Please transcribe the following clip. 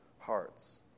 hearts